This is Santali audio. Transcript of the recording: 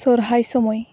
ᱥᱚᱨᱦᱟᱭ ᱥᱳᱢᱳᱭ